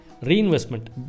Reinvestment